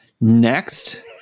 Next